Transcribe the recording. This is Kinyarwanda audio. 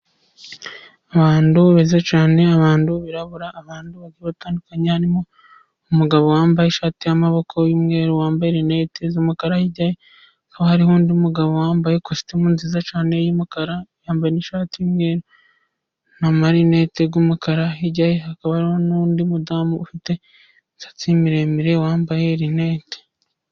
Abantu beza cyane, abantu birabura, abantu batandukanye. Harimo umugabo wambaye ishati y'amaboko y'umweru, wambaye linete z'umukara. Hariho undi mugabo wambaye ikositimu nziza cyane y'umukara, yambaye n'ishati y'umweru n'amarinete y'umukara. Hirya hakaba n'undi mudamu ufite imisatsi miremire wambaye linete.